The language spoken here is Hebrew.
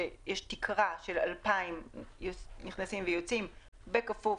שיש תקרה של 2,000 נכנסים ויוצאים בכפוף